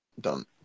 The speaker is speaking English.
Done